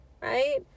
right